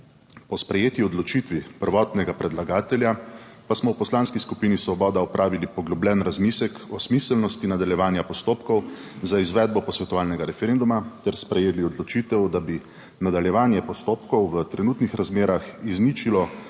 Po sprejeti odločitvi prvotnega predlagatelja pa smo v Poslanski skupini Svoboda opravili poglobljen razmislek o smiselnosti nadaljevanja postopkov za izvedbo posvetovalnega referenduma ter sprejeli odločitev, da bi nadaljevanje postopkov v trenutnih razmerah izničilo